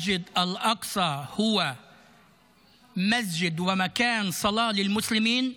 (אומר בערבית: מסגד אל-אקצא הוא מסגד ומקום תפילה למוסלמים,